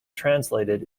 translated